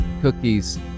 cookies